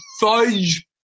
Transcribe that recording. fudge